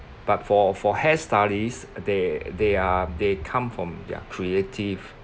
but for for hair stylists they they are they come from their creative